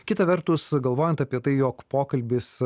kita vertus galvojant apie tai jog pokalbis